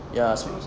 ya so